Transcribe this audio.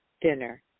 dinner